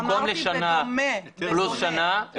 במקום לשנה פלוס שנה,